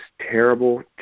terrible